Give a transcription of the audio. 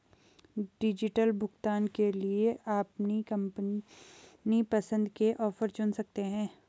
digital भुगतान के लिए अपनी पसंद के ऑफर चुन सकते है